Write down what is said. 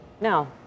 No